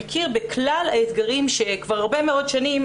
שמכיר בכלל האתגרים שכבר הרבה מאוד שנים,